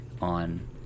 on